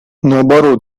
наоборот